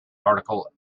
article